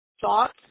thoughts